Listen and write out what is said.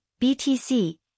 BTC